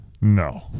No